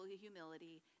humility